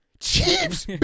Chiefs